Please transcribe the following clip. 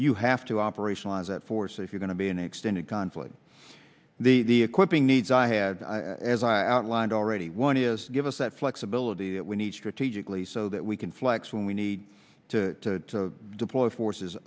you have to operationalize that force if you going to be an extended conflict the the equipping needs i had as i outlined already one is to give us that flexibility that we need strategically so that we can flex when we need to deploy forces